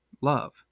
love